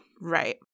Right